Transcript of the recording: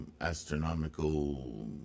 Astronomical